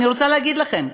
אני רוצה להגיד לכם,